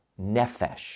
nefesh